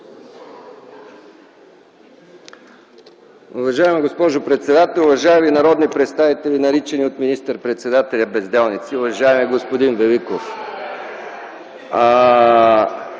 Уважаема госпожо председател, уважаеми народни представители, наричани от министър-председателя „безделници”! Уважаеми господин Великов!